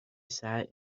sat